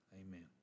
amen